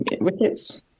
Wickets